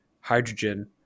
hydrogen